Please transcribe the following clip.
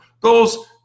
goals